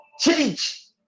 change